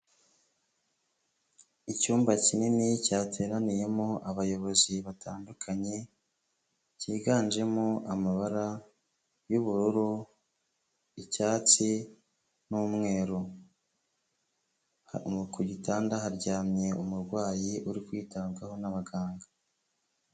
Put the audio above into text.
Icyumba kinini cyateraniyemo abayobozi batandukanye, cyiganjemo amabara y'ubururu, icyatsi n'umweru. Ku gitanda haryamye umurwayi uri kwitabwaho n'abaganga.